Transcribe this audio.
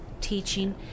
teaching